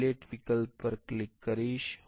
હું ફીલેટ વિકલ્પ પર ક્લિક કરીશ